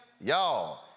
y'all